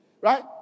Right